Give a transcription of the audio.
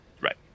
Right